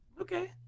okay